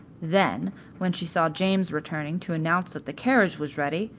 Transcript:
then when she saw james returning to announce that the carriage was ready,